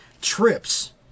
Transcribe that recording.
trips